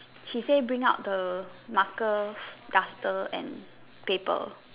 he say bring out the markers dusters and paper